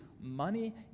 Money